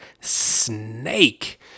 Snake